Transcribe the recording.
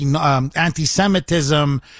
anti-Semitism